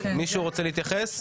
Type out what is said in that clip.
מישהו רוצה להתייחס?